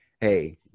hey